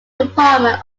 department